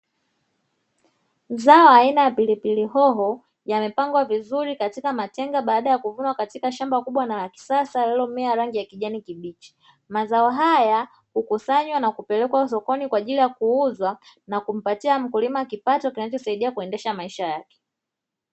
Zao aina ya pilipili hoho, yamepangwa vizuri katika matenga baada ya kuvunwa katika shamba kubwa na la kisasa, lililomea rangi ya kijani kibichi, mazao haya hukusanywa na kupelekwa sokoni kwa ajili ya kuuzwa, na kumpatia mkulima kipato kinachosaidia kuendesha maisha yake.